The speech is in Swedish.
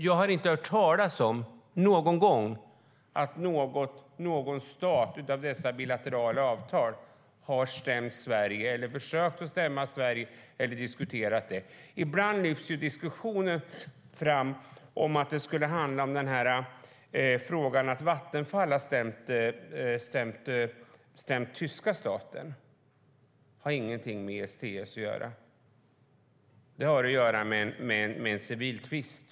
Jag har inte någon gång hört talas om att någon stat i något av dessa bilaterala avtal har stämt Sverige, försökt att stämma Sverige eller diskuterat det. Ibland lyfts diskussioner fram om att det skulle handla om att Vattenfall har stämt tyska staten, men det har ingenting med ISDS att göra utan med en civiltvist.